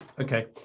Okay